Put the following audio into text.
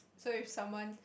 so if someone